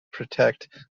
protect